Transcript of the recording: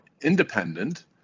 independent